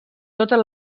totes